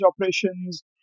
operations